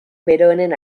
beroenen